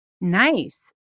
Nice